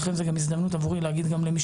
ולכן זה גם הזדמנות עבורי להגיד גם למי